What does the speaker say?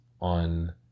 on